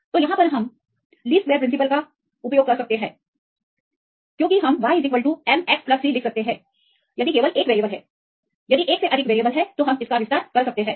तो हम गुणांक प्राप्त करने के लिए कम से कम वर्गों के सिद्धांत का उपयोग करते हैं क्योंकि हम y m x c लिख सकते हैं यदि केवल एक वेरिएबल है यदि यह अधिक है तो आप विस्तार कर सकते हैं